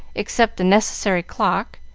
except the necessary clock,